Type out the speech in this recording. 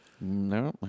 No